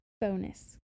bonus